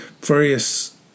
various